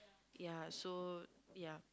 ya so ya